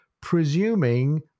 presuming